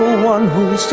one who so